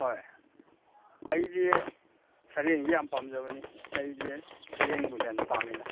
ꯍꯣꯏ ꯑꯩꯗꯤ ꯁꯔꯦꯡꯁꯤ ꯌꯥꯝ ꯄꯥꯝꯖꯕꯅꯤ ꯑꯩꯗꯤ ꯁꯔꯦꯡꯅꯕꯨ ꯍꯦꯟꯅ ꯄꯥꯝꯃꯤꯗ